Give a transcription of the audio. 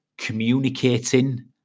communicating